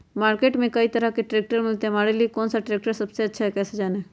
Market में कई तरह के ट्रैक्टर मिलते हैं हमारे लिए कौन सा ट्रैक्टर सबसे अच्छा है कैसे जाने?